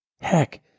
heck